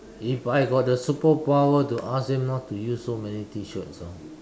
if I got the superpower to ask them not to use so many T-shirts orh